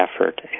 effort